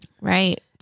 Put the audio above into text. right